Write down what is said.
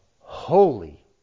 holy